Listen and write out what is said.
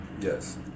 Yes